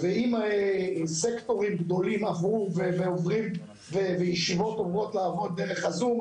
ואם סקטורים גדולים עברו ועוברים וישיבות עוברות לעבור דרך זום,